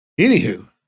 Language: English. Anywho